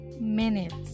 minutes